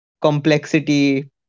complexity